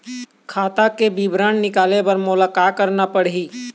खाता के विवरण निकाले बर मोला का करना पड़ही?